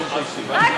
אתה נגד?